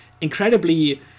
incredibly